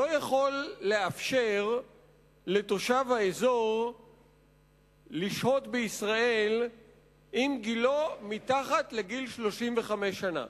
לא יכול לאפשר לתושב האזור לשהות בישראל אם גילו מתחת לגיל 35 שנה.